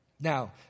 Now